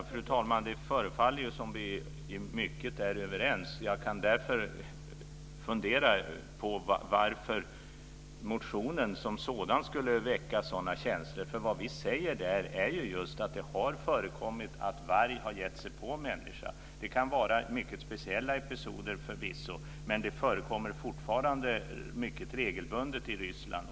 Fru talman! Det förefaller som att vi i mycket är överens. Jag kan därför fundera över varför motionen som sådan skulle väcka sådana känslor. Vad vi säger är att det har förekommit att varg har gett sig på människa. Det kan förvisso vara mycket speciella episoder, men det förekommer fortfarande mycket regelbundet i Ryssland.